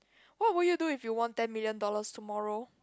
what would you do if you won ten million dollars tomorrow